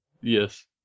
Yes